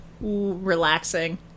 relaxing